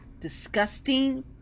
disgusting